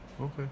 Okay